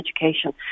education